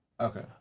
Okay